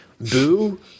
Boo